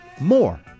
More